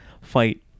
fight